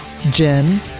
Jen